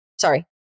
sorry